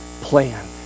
plan